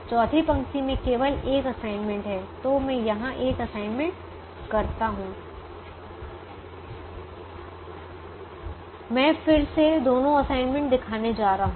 चौथी पंक्ति में केवल 1 असाइनमेंट है तो मैं यहां एक असाइनमेंट करता हूं मैं फिर से दोनों असाइनमेंट दिखाने जा रहा हूं